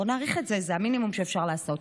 בואו נאריך את זה, זה המינימום שאפשר לעשות.